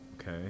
okay